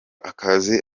akazi